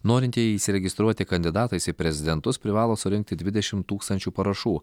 norintieji įsiregistruoti kandidatais į prezidentus privalo surinkti dvidešimt tūkstančių parašų